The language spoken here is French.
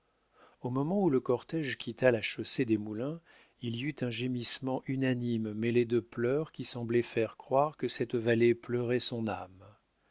au moment où le cortége quitta la chaussée des moulins il y eut un gémissement unanime mêlé de pleurs qui semblait faire croire que cette vallée pleurait son âme